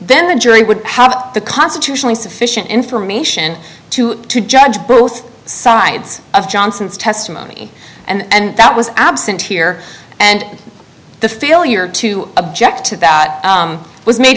then the jury would have the constitutionally sufficient information to judge both sides of johnson's testimony and that was absent here and the failure to object to that was made